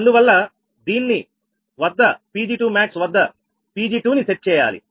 అందువల్ల దీన్ని వద్ద Pg2max వద్ద Pg2 నీ సెట్ చేయాలి